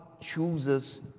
chooses